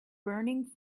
burning